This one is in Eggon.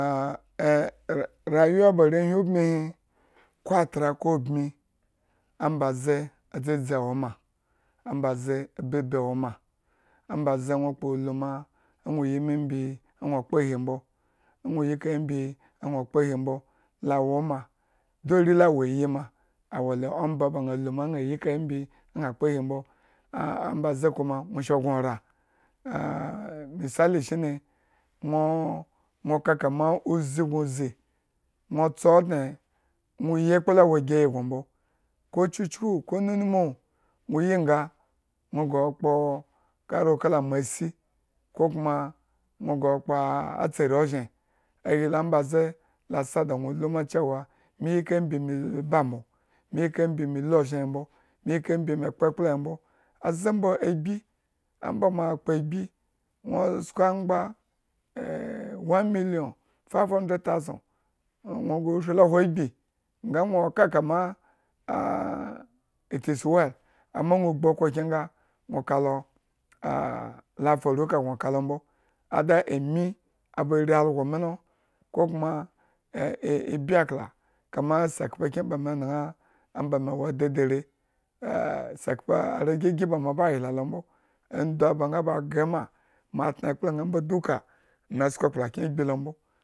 rayuwa ba arewhi ubmihi ko atra ko bmi ambaze. dzadzi awo ma, ambaze ababi awo ma, ambaze nwo kpo, nwo lu ma anwo yi kahe mbi anwo kpo ohi anbo, la wo ma du are la woyi ma, awoan omba ba ñaalu ma añaa yi kahe mbi aña kpo ohi mbo. a ambaze kuma nwo shro gno oran misali shine nwoo okakama uzi gno zi nwo tso odne, nwo yi. ekpla la egi gno mbo. ko chuckku, ko numu, nwo yi nga nwo yo kpo kora. kala mo si, ko kuma atsari ozhen ahi ombaze asa da nwo lu ma cewa, nwo yi kahe mbi nwo yi kahe mbi nwo lu ozhen he mbo nwo kahe mbi mekpo ekpla he mboaze mbo agbi, omba bmo kpo agbi nwo sko angba one million, five hundred thounsand, nwo gre yi. lo hwo agbi. Nga nwo ka kama it is well, amma nwo nwo gbu okhro kyen nga nwo ka lo la faru aka gno ka lo mbo, either ami, aba ri algo mi lo ko kuma ibyi akla kamma sekhpa kyen ba me ñan omba me wo adedere, sekhpa ra gi gi ba mo ba yla lo mbo, andu ba nga ba grema, mo tañ ekplo ñaa mbo duka.